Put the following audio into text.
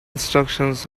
instructions